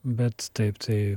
bet taip tai